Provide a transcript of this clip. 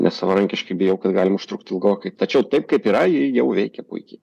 nes savarankiškai bijau kad galim užtrukt ilgokai tačiau taip kaip yra ji jau veikia puikiai